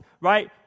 right